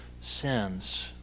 sins